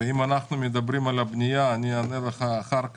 אם אנחנו מדברים על הבנייה, אני אענה לך אחר כך.